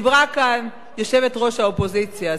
כשדיברה כאן יושבת-ראש האופוזיציה.